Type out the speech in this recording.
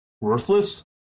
worthless